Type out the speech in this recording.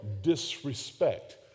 disrespect